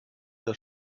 das